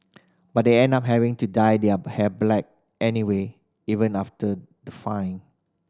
but they end up having to dye their hair black anyway even after the fine